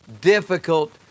difficult